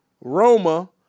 Roma